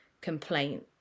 complaint